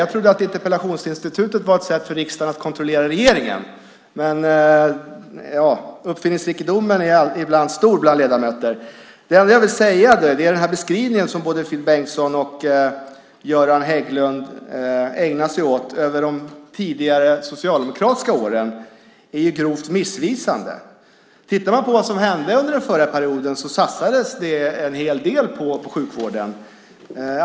Jag trodde att interpellationsinstitutet var ett sätt för riksdagen att kontrollera regeringen, men uppfinningsrikedomen är ibland stor bland ledamöter. När det gäller den beskrivning av de tidigare socialdemokratiska åren som Finn Bengtsson och Göran Hägglund ägnar sig åt vill jag säga att den är grovt missvisande. Under den förra perioden satsades det en hel del på sjukvården.